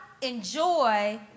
enjoy